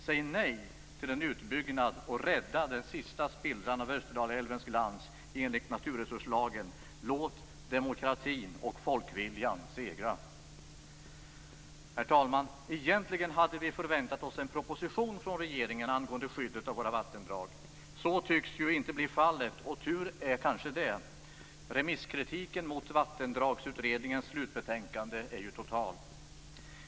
Säg nej till en utbyggnad, och rädda med hjälp av naturresurslagen den sista spillran av Österdalälven i dess forna glans! Låt demokratin och folkviljan segra. Herr talman! Egentligen hade vi förväntat oss en proposition från regeringen angående skyddet av våra vattendrag. En sådan tycks inte komma, och tur är kanske det. Remisskritiken mot Vattendragsutredningens slutbetänkande är ju total.